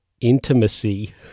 intimacy